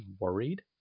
worried